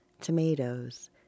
tomatoes